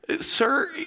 sir